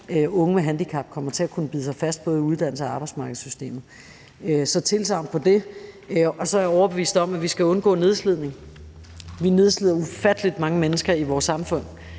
unge med handicap kommer til at kunne bide sig fast både i uddannelses- og arbejdsmarkedssystemet. Og så er jeg overbevist om, at vi skal undgå nedslidning. Vi nedslider ufattelig mange mennesker i vores samfund,